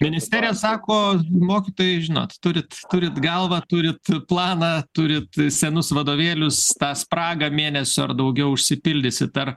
ministerija sako mokytojai žinot turit turit galvą turit planą turit senus vadovėlius tą spragą mėnesio ar daugiau išsipildysit ar